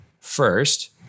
First